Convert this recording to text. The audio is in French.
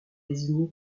désigné